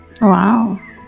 Wow